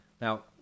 Now